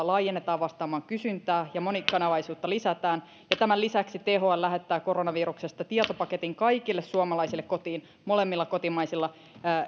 laajennetaan vastaamaan kysyntää ja monikanavaisuutta lisätään tämän lisäksi thl lähettää koronaviruksesta tietopaketin kaikille suomalaisille kotiin molemmilla kotimaisilla